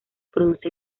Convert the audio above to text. produce